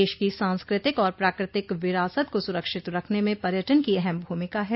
देश की सांस्कृतिक और प्राकृतिक विरासत को सुरक्षित रखने में पर्यटन की अहम भूमिका है